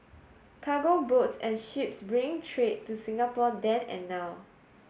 cargo boats and ships bringing trade to Singapore then and now